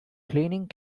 cleaning